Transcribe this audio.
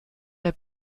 der